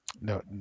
no